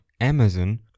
Amazon